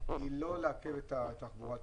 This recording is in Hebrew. היא לא לעכב את התחבורה הציבורית.